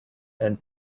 and